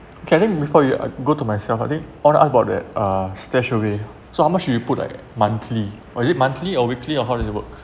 okay just before we uh go to myself I think I want to ask about the uh StashAway so how much you put like monthly or is it monthly or weekly or how does it work